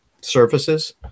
surfaces